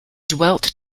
dwelt